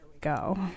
go